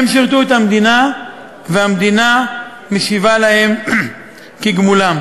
הם שירתו את המדינה, והמדינה משיבה להם כגמולם.